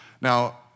Now